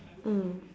mm